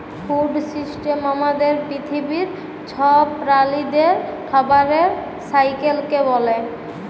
food system আমাদের পিথিবীর ছব প্রালিদের খাবারের সাইকেলকে ব্যলে